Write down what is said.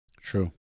True